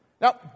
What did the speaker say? Now